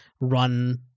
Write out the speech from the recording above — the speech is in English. run